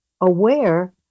aware